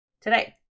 today